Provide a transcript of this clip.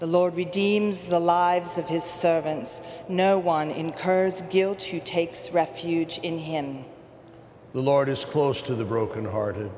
the lord redeemed the lives of his servants no one incurs guilt to takes refuge in him the lord is close to the broken hearted